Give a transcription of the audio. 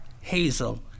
Hazel